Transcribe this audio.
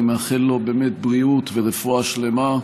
אני מאחל לו באמת בריאות ורפואה שלמה.